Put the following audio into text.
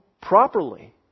properly